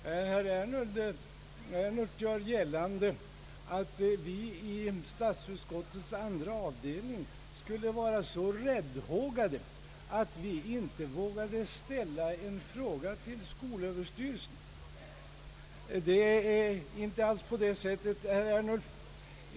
Herr Ernulf gör gällande att vi i statsutskottets andra avdelning skulle vara så räddhågade att vi inte vågade ställa en fråga till skolöverstyrelsen. Det är inte alls på det sättet, herr Ernulf.